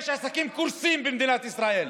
יש עסקים שקורסים במדינת ישראל.